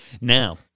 Now